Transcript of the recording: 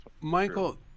Michael